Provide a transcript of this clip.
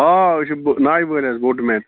آ أسۍ چھِ بہٕ نایہِ وٲلۍ حظ بوٹ مین